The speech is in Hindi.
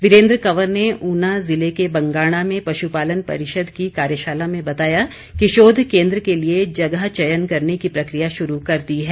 वीरेंद्र कंवर ने ऊना ज़िले के बंगाणा में पशुपालन परिषद की कार्यशाला में बताया कि शोध केंद्र के लिए जगह चयन करने की प्रक्रिया शुरू कर दी है